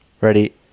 Ready